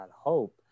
hope